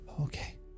okay